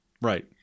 Right